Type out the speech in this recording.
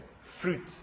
fruit